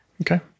okay